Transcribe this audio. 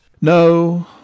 No